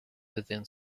within